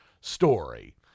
story